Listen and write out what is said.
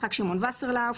יצחק שמעון וסרלאוף,